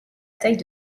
taille